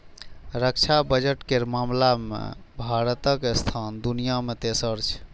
रक्षा बजट केर मामला मे भारतक स्थान दुनिया मे तेसर छै